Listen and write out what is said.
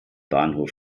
bahnhof